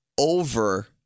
over